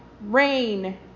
rain